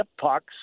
pucks